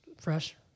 fresh